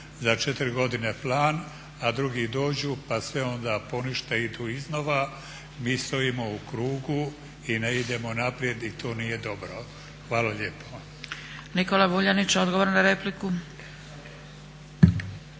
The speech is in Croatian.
za 4 godine plan a drugi dođu pa sve onda ponište i idu iznova mi stojimo u krugu i ne idemo naprijed i to nije dobro. Hvala lijepo. **Zgrebec, Dragica (SDP)** Nikola Vuljanić, odgovor na repliku.